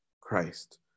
Christ